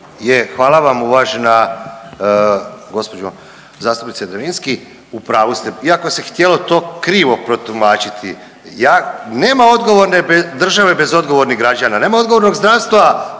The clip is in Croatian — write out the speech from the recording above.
hvala vam uvažena gđo. zastupnice Drvinski. U pravu ste, iako se htjelo to krivo protumačiti ja, nema odgovorne države bez odgovornih građana, nema odgovornog zdravstva